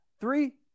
Three